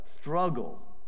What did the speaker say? struggle